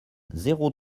zéro